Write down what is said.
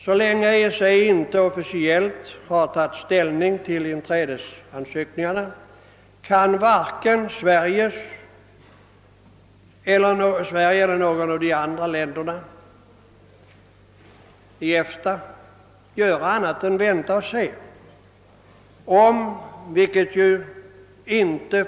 Så länge EEC inte officiellt har tagit ställning till inträdesansökningarna kan vare sig Sverige eller något av de andra länderna i EFTA göra annat än vänta och se.